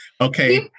Okay